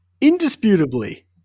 indisputably